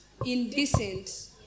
indecent